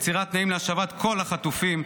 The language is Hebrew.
יצירת תנאים להשבת כל החטופים,